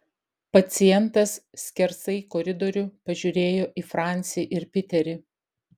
pacientas skersai koridorių pažiūrėjo į francį ir piterį